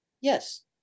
yes